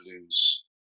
lose